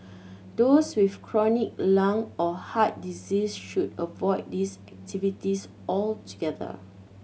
those with chronic lung or heart disease should avoid these activities altogether